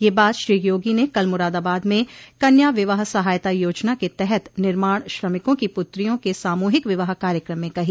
यह बात श्री योगी ने कल मुरादाबाद में कन्या विवाह सहायता योजना के तहत निर्माण श्रमिकों की पुत्रियों के सामूहिक विवाह कार्यक्रम में कही